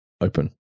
open